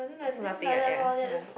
so nothing right ya ya